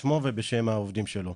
בשמו ובשם העובדים שלו.